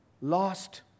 lost